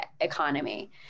economy